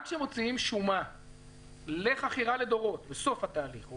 גם כשמוציאים שומה לחכירה לדורות בסוף התהליך,